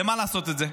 למה לעשות את זה?